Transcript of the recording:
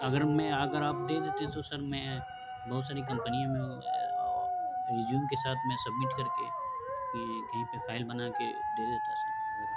اگر میں اگر آپ دے دیتے تو سر میں بہت ساری کمپنیوں میں ریزیوم کے ساتھ میں سبمٹ کر کے کہیں پہ فائل بنا کے دے دیتا سر اگر آپ